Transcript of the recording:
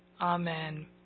Amen